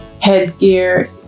headgear